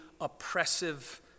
oppressive